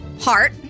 Heart